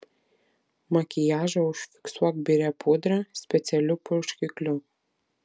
makiažą užfiksuok biria pudra specialiu purškikliu